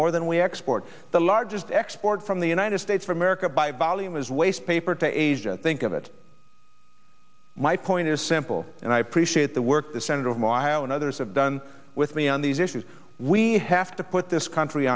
more than we export the largest export from the united states for america by bali was wastepaper to asia think of it my point is simple and i appreciate the work that senator of my and others have done with me on these issues we have to put this country